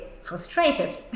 frustrated